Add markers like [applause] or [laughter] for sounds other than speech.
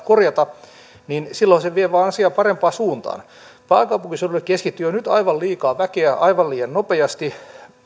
[unintelligible] korjata niin silloin se vie asian vain parempaan suuntaan pääkaupunkiseudulle keskittyy jo nyt aivan liikaa väkeä aivan liian nopeasti